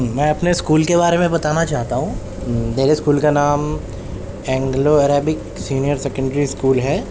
میں اپنے اسکول کے بارے میں بتانا چاہتا ہوں میرے اسکول کا نام Anglo Arabic senior secondary school ہے